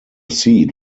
seat